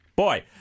Boy